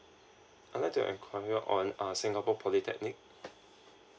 I would like to inquirer on uh singapore polytechnic